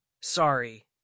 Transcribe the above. Sorry